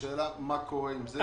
השאלה מה קורה עם זה?